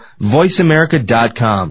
VoiceAmerica.com